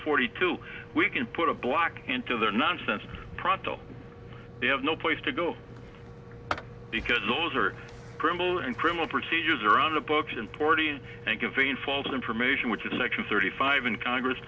forty two we can put a block into their nonsense pronto they have no place to go because those are criminal and criminal procedures are on the books and already given false information which is section thirty five in congress